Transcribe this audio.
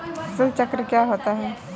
फसल चक्र क्या होता है?